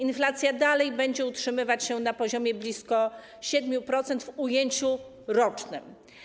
Inflacja dalej będzie utrzymywać się na poziomie blisko 7% w ujęciu rocznym.